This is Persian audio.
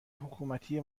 حکومتی